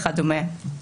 וכדומה.